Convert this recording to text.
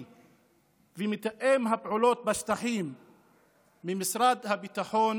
ומתאם הפעולות בשטחים ממשרד הביטחון